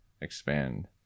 expand